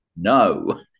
No